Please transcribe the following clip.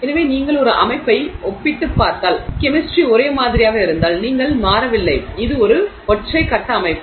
எனவே நீங்கள் ஒரு அமைப்பை ஒப்பிட்டுப் பார்த்தால் கெமிஸ்ட்ரி ஒரே மாதிரியாக இருந்தால் நீங்கள் மாறவில்லை இது ஒரு ஒற்றை கட்ட அமைப்பு